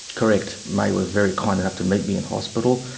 correct. maie was very kind enough to meet me in hospital.